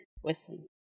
Whistling